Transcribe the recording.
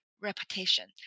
repetition